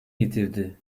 yitirdi